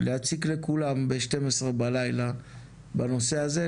להציק לכולם ב-12 בלילה בנושא הזה,